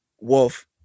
wolf